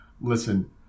Listen